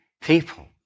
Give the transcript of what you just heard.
people